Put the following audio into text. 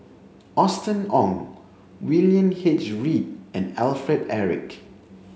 Austen Ong William H Read and Alfred Eric